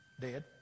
Dead